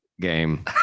game